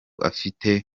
afite